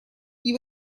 you